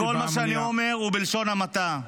וכל מה שאני אומר הוא בלשון המעטה.